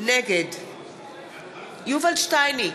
נגד יובל שטייניץ,